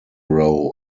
row